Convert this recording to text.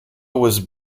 was